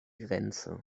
grenze